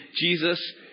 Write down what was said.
Jesus